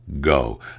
go